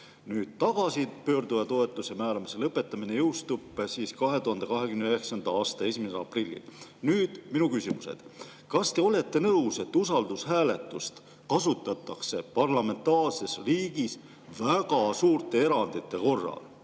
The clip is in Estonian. Tagasipöörduja toetuse määramise lõpetamine jõustub 2029. aasta 1. aprillil. Nüüd minu küsimused. Kas te olete nõus, et usaldushääletust kasutatakse parlamentaarses riigis väga suurte erandite korral?